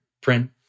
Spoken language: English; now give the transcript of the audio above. print